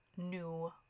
new